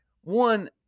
one